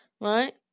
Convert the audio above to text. right